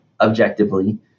objectively